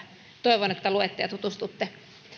toivon että luette ja tutustutte